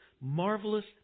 marvelous